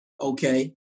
okay